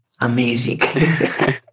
Amazing